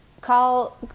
call